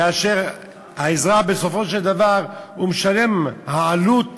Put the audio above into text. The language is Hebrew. כאשר האזרח, בסופו של דבר, הוא המשלם, העלות